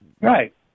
right